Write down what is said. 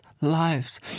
lives